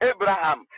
Abraham